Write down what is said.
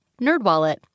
NerdWallet